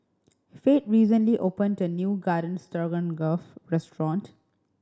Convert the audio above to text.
Fate recently opened a new Garden Stroganoff restaurant